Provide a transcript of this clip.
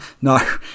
No